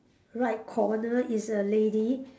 right corner is a lady